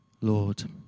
Lord